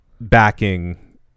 backing